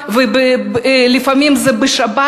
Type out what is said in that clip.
ולפעמים זה בשבת,